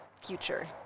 future